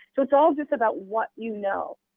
so it's all just about what you know.